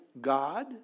God